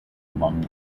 among